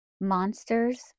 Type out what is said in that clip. Monsters